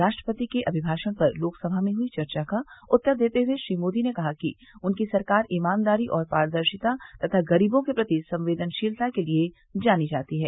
राष्ट्रपति के अभिभाषण पर लोकसभा में हुई चर्चा का उत्तर देते हुए श्री मोदी ने कहा कि उनकी सरकार ईमानदारी और पारदर्शिता तथा गरीबों के प्रति संवेदनशीलता के लिए जानी जाती है